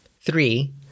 Three